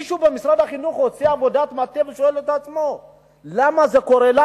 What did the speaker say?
מישהו במשרד החינוך עושה עבודת מטה ושואל את עצמו למה זה קורה?